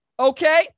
Okay